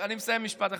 אני מסיים במשפט אחד.